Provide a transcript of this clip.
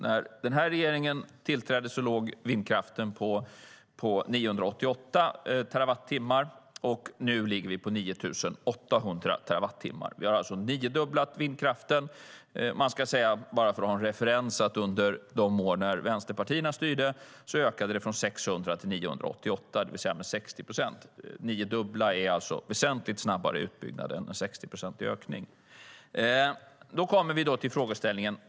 När denna regering tillträdde låg vindkraften på 988 terawattimmar, och nu ligger vi på 9 800 terawattimmar. Vi har alltså niodubblat vindkraften. Jag kan säga, bara för att ha en referens, att under de år vänsterpartierna styrde ökade det från 600 till 988, det vill säga med 60 procent. En niodubbling är alltså en väsentligt snabbare utbyggnad än en 60-procentig ökning.